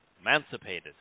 emancipated